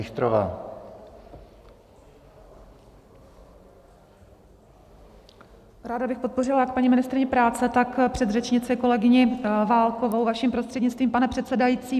Ráda bych podpořila jak paní ministryni práce, tak předřečnici kolegyni Válkovou, vaším prostřednictvím, pane předsedající.